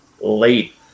Late